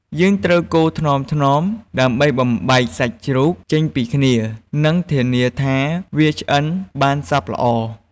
យើងត្រូវកូរថ្នមៗ ដើម្បីបំបែកសាច់ជ្រូកចេញពីគ្នា និងធានាថាវាឆ្អិនបានសព្វល្អ។